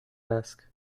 ask